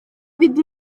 fynd